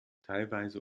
teilweise